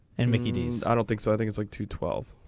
and many days i don't think so things like to twelve.